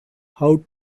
how